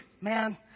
man